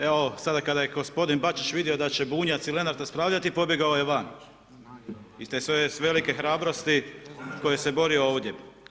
Evo, sada kada je gospodin Bačić vidio da će Bunjac ili Lenart raspravljati, pobjegao je van, iz te svoje velike hrabrosti koje se borio ovdje.